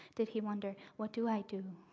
did he wonder, what do i do?